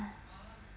maybe